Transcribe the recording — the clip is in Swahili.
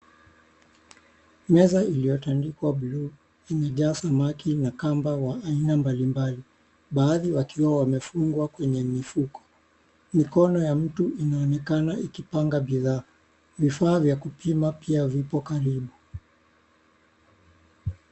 Meza iliyotandikwa buluu imejaa samaki na kamba wa aina mbalimbali, baadhi wakiwa wamefugwa kwenye mifuko. Mikono ya mtu inaonekana ikipanga bidhaa, vifaa vya kupimia pia vipo karibu.